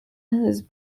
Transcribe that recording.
his